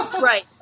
Right